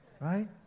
Right